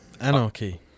anarchy